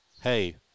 hey